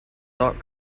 not